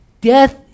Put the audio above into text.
death